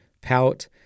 pout